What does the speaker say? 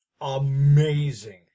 amazing